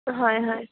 হয় হয়